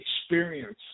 experience